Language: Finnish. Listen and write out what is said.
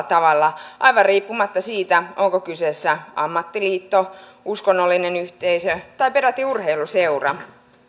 tavalla aivan riippumatta siitä onko kyseessä ammattiliitto uskonnollinen yhteisö tai peräti urheiluseura